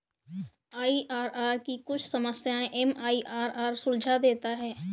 IRR की कुछ समस्याएं एम.आई.आर.आर सुलझा देता है